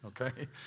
okay